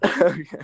Okay